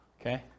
Okay